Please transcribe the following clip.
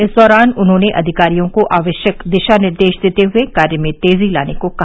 इस दौरान उन्होंने अधिकारियों को आवश्यक दिशा निर्देश देते हुए कार्य में तेजी लाने को कहा